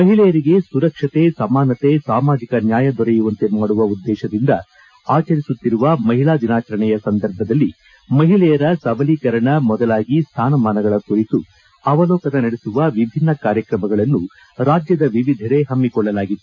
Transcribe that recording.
ಮಹಿಳೆಯರಿಗೆ ಸುರಕ್ಷತೆ ಸಮಾನತೆ ಸಾಮಾಜಿಕ ನ್ವಾಯ ದೊರೆಯುವಂತೆ ಮಾಡುವ ಉದ್ದೇಶದಿಂದ ಆಚರಿಸುತ್ತಿರುವ ಮಹಿಳಾ ದಿನಾಚರಣೆಯ ಸಂದರ್ಭದಲ್ಲಿ ಮಹಿಳೆಯರ ಸಬಲೀಕರಣ ಮೊದಲಾಗಿ ಸ್ವಾನಮಾನಗಳ ಕುರಿತು ಅವಲೋಕನ ನಡೆಸುವ ವಿಭಿನ್ನ ಕಾರ್ಕ್ರಮಗಳನ್ನು ರಾಜ್ಯದ ವಿವಿಧೆಡೆ ಹಮ್ನಿಕೊಳ್ಳಲಾಗಿತ್ತು